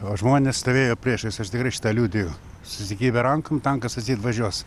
o žmonės stovėjo priešais aš tikrai šitą liudiju susikibę rankom tankas aceit važiuos